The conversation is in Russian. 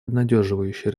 обнадеживающие